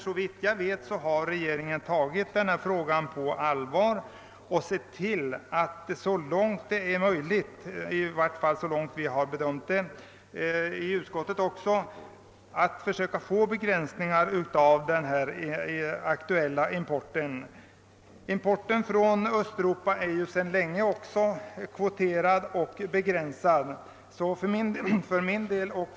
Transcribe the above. Såvitt jag vet har regeringen tagit denna fråga på allvar och sett till, att det så långt det bedömts vara möjligt — detta är också utskottets uppfattning — har införts begränsningar av den här aktuella importen. Införseln från Östeuropa är också sedan länge begränsad genom kvotering.